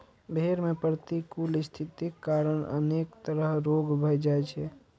भेड़ मे प्रतिकूल स्थितिक कारण अनेक तरह रोग भए जाइ छै